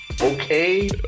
okay